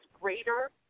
greater